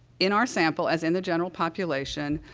in our sample, as in the general population,